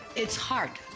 it's hard.